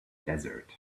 desert